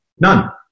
None